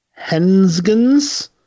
Hensgens